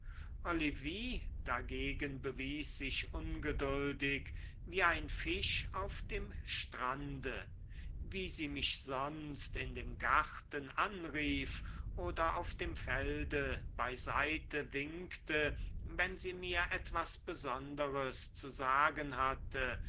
olivie dagegen bewies sich ungeduldig wie ein fisch auf dem strande wie sie mich sonst in dem garten anrief oder auf dem felde bei seite winkte wenn sie mir etwas besonderes zu sagen hatte